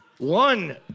One